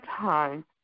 time